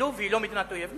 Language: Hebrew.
שלוב היא לא מדינת אויב.